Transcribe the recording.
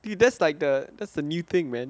that's like the that's the new thing man